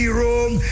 room